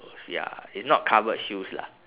ya it's not covered shoes lah